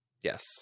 Yes